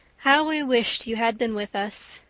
how we wished you had been with us.